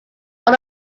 all